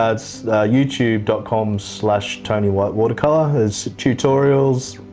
ah it's youtube dot com slash tony white watercolour. there's tutorials,